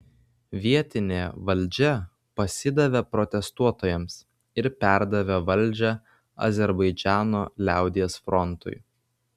vietinė valdžia pasidavė protestuotojams ir perdavė valdžią azerbaidžano liaudies frontui